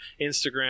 Instagram